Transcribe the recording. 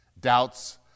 doubts